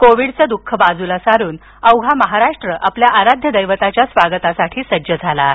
कोविडचं दुःख बाजूला सारत अवघा महाराष्ट्र आपल्या आराध्य दैवताच्या स्वागताला सज्ज आहे